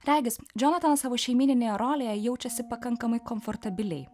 regis džonatanas savo šeimyninėje rolėje jaučiasi pakankamai komfortabiliai